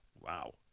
Wow